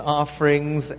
offerings